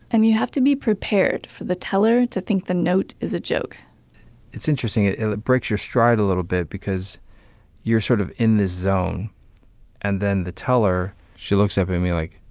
and you have to be prepared for the teller to think the note is a joke it's interesting and it breaks your stride a little bit because you're sort of in the zone and then the teller, she looks up in me like,